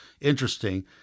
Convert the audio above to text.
interesting